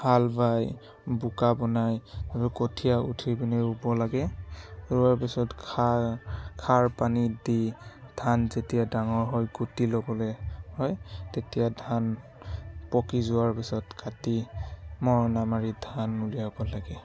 হাল বাই বোকা বনাই আৰু কঠীয়া উঠাই পিনে ৰুব লাগে ৰোৱাৰ পাছত খাৰ সাৰ পানী দি ধান যেতিয়া ডাঙৰ হয় গুটি ল'বলৈ হয় তেতিয়া ধান পকী যোৱাৰ পাছত কাটি মৰণা মাৰি ধান উলিয়াব লাগে